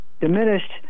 diminished